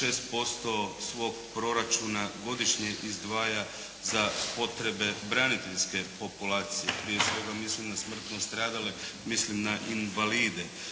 6% svog proračuna godišnje izdvaja za potrebe braniteljske populacije. Prije svega mislim na smrtno stradale, mislim na invalide.